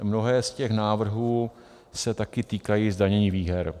Mnohé z těch návrhů se taky týkají zdanění výher.